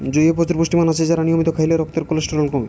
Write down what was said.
জইয়ে প্রচুর পুষ্টিমান আছে আর নিয়মিত খাইলে রক্তের কোলেস্টেরল কমে